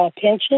pension